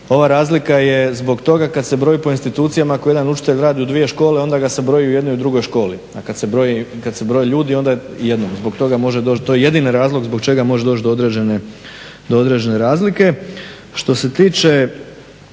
ova razlika je zbog toga kad se broj po institucijama ako jedan učitelj radi u dvije škole onda ga se broji u jednoj i u drugoj školi. A kad se broje ljudi onda jednom. Zbog toga može doći, to je jedini razlog, zbog čega može doći do određene razlike.